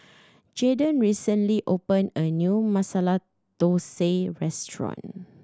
Jaydon recently opened a new Masala Dosa Restaurant